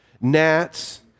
gnats